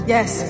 Yes